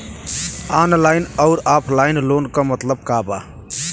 Online अउर offline loan क मतलब का बा?